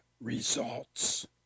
results